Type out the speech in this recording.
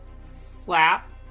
Slap